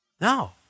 No